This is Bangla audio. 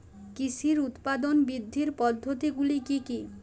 কৃষির উৎপাদন বৃদ্ধির পদ্ধতিগুলি কী কী?